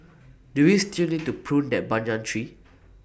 do we still need to prune that banyan tree